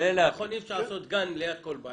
נכון, אי-אפשר לעשות גן ליד כל בית.